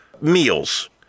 meals